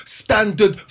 standard